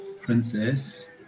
Princess